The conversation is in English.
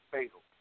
Fatal